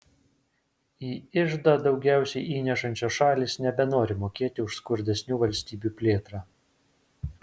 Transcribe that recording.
į iždą daugiausiai įnešančios šalys nebenori mokėti už skurdesnių valstybių plėtrą